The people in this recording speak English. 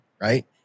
right